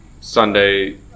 Sunday